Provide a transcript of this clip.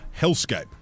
hellscape